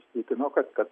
tikino kad kad